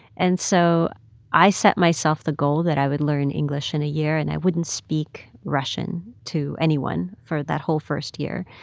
and so i set myself the goal that i would learn english in a year, and i wouldn't speak russian to anyone for that whole first year.